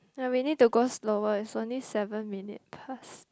ya we need to go slower is only seven minutes past